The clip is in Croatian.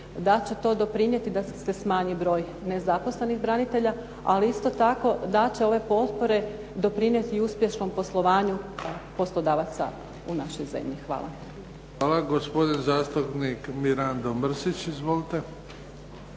da će to doprinijeti da se smanji broj nezaposlenih branitelja. Ali isto tako da će ove potpore doprinijeti uspješnom poslovanju poslodavaca u našoj zemlji. Hvala. **Bebić, Luka (HDZ)** Hvala. Gospodin zastupnik Mirando Mrsić. Izvolite.